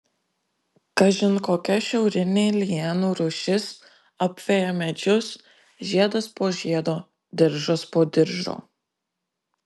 kažin kokia šiaurinė lianų rūšis apveja medžius žiedas po žiedo diržas po diržo